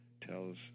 tells